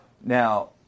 Now